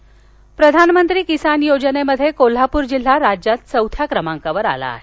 कोल्हापर प्रधानमंत्री किसान योजनेमध्ये कोल्हापूर जिल्हा राज्यात चौथ्या क्रमांकावर आला आहे